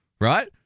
right